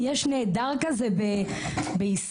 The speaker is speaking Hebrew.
יש נעדר כזה בישראל?